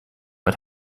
but